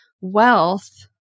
wealth